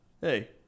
Hey